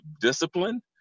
discipline